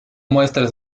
muestras